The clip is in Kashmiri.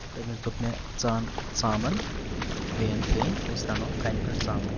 تہٕ تٔمِس دوٚپ مےٚ ژٕ اَن ژامَن بیٚیہِ اَن تھٔنۍ أسۍ رَنو تھَنہِ پٮ۪ٹھ ژامَن